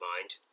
mind